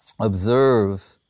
observe